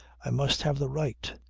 i must have the right.